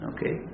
Okay